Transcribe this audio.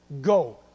go